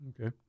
Okay